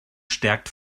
stärkt